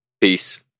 Peace